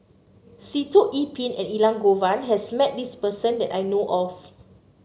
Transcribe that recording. Sitoh Yih Pin and Elangovan has met this person that I know of